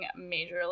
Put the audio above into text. majorly